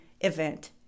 event